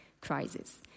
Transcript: crisis